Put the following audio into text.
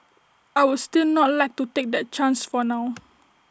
I would still not like to take that chance for now